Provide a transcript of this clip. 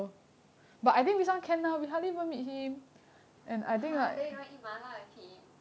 !huh! then you want eat mala with him